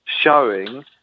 showing